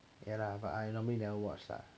ya lah but I normally never watch lah